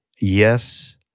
yes